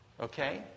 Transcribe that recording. Okay